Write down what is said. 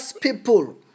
people